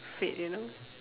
fate you know